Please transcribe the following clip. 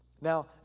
Now